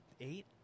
eight